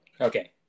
Okay